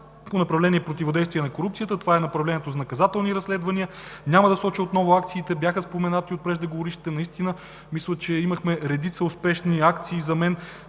По направление „Противодействие на корупцията“ – това е направлението за наказателни разследвания. Няма да посочвам отново акциите, бяха споменати от преждеговорившите. Наистина мисля, че имахме редица успешни акции, като